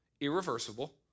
irreversible